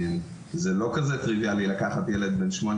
זה לא כזה טריוויאלי לקחת ילד בן שמונה